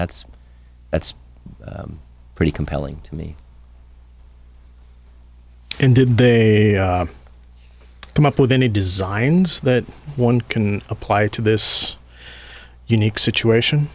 that's that's pretty compelling to me and did they come up with any designs that one can apply to this unique situation